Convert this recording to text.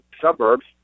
suburbs